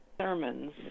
sermons